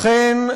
אכן,